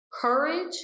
courage